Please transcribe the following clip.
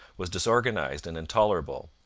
was disorganized and intolerable.